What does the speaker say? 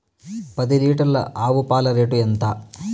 పది లీటర్ల ఆవు పాల రేటు ఎంత?